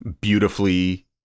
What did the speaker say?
beautifully